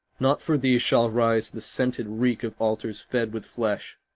not for thee shall rise the scented reek of altars fed with flesh,